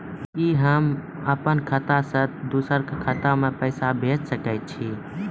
कि होम अपन खाता सं दूसर के खाता मे पैसा भेज सकै छी?